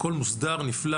הכל מוסדר, נפלא